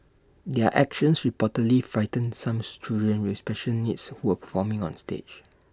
their actions reportedly frightened some children with special needs who were performing on stage